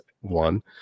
one